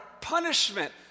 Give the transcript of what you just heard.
punishment